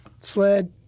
sled